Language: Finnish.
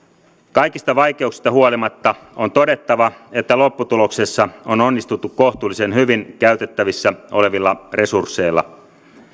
kaikista vaikeuksista huolimatta on todettava että lopputuloksessa on onnistuttu kohtuullisen hyvin käytettävissä olevilla resursseilla